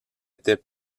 étaient